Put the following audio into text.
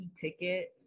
ticket